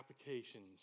applications